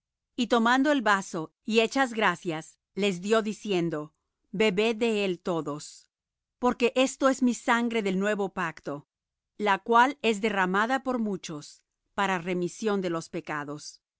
y tomando el vaso y hechas gracias les dió diciendo bebed de él todos porque esto es mi sangre del nuevo pacto la cual es derramada por muchos para remisión de los pecados